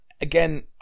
Again